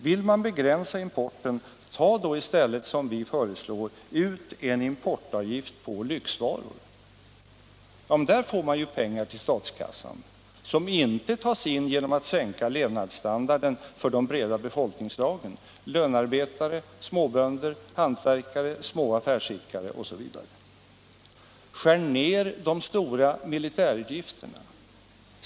Vill man begränsa importen, ta då i stället, som vi föreslår, ut en importavgift på lyxvaror! Då får man pengar till statskassan som inte tas in genom att sänka levnadsstandarden för de breda befolkningslagren —- lönarbetare, småbönder, hantverkare, små affärsidkare, osv. Skär ner de stora militärutgifterna!